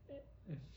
mm uh